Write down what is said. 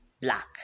black